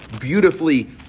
beautifully